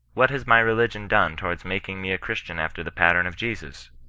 what has my religion done towards making me a chris tian after the pattern of jesus?